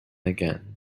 again